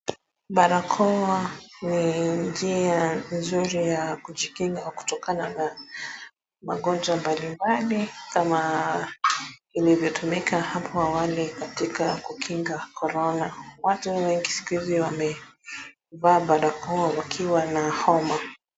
Barakoa ni njia nzuri ya kujikinga kutokana na magonjwa mbalimbali kama ilivyotumika hapo awali katika kukinga Corona. Watu wengi siku hizi wanavaa barakoa wakiwa na homa.